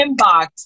inbox